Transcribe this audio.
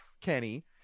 Kenny